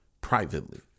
privately